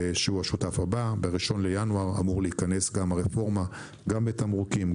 שהוא השותף הבא ב-1 בינואר אמורה להיכנס הרפורמה גם בתמרוקים,